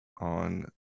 on